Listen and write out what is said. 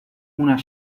una